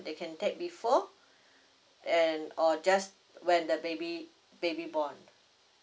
they can take before and or just when the baby baby born